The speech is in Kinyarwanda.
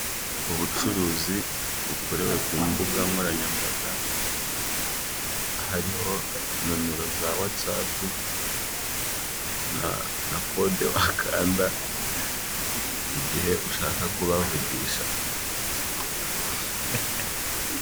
Ubucuruzi bukorewe ku mbugankoranyambaga hariho nomero za watsapu na kode wakanda igihe ushaka kubavugisha.